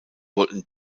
wollten